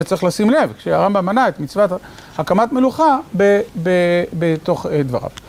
זה צריך לשים לב, שהרמב"ם מנה את מצוות הקמת מלוכה בתוך דבריו.